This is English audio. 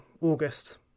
august